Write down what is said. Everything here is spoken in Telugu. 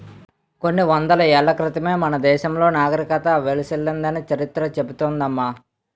కొన్ని వందల ఏళ్ల క్రితమే మన దేశంలో నాగరికత వెల్లివిరిసిందని చరిత్ర చెబుతోంది అమ్మ